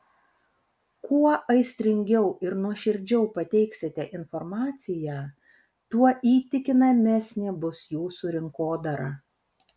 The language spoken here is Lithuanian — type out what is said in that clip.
kuo aistringiau ir nuoširdžiau pateiksite informaciją tuo įtikinamesnė bus jūsų rinkodara